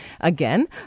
again